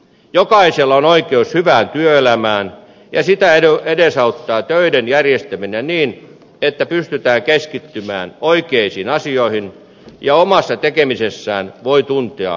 jokaisella on oikeus hyvään työelämään ja sitä edesauttaa töiden järjestäminen niin että pystytään keskittymään oikeisiin asioihin ja omassa tekemisessään voi tuntea työn iloa